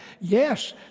Yes